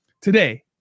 Today